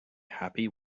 happy